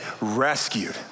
rescued